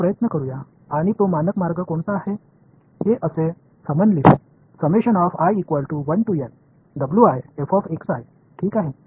ஆனால் அதை இன்னும் நிலையான வழியில் எழுத முயற்சிப்போம் இதை ஒரு சுருக்கமாக எழுதுவோம்